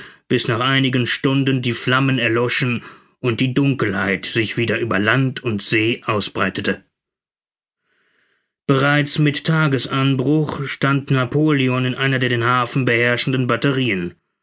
bis nach einigen stunden die flammen erloschen und die dunkelheit sich wieder über land und see ausbreitete bereits mit tagesanbruch stand napoleon in einer der den hafen beherrschenden batterien